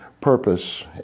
purpose